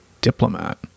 diplomat